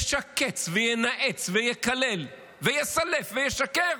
ישקץ וינאץ ויקלל ויסלף וישקר,